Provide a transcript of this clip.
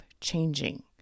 changing